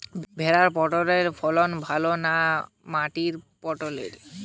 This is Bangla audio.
ভেরার পটলের ফলন ভালো না মাটির পটলের?